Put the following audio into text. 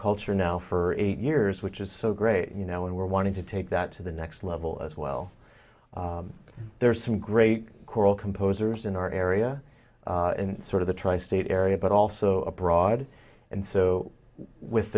culture now for eight years which is so great you know when we're wanting to take that to the next level as well there are some great choral composers in our area in sort of the tri state area but also abroad and so with